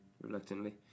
reluctantly